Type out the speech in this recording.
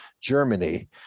Germany